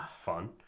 Fun